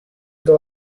the